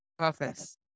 Office